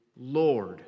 Lord